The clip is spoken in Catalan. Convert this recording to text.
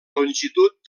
longitud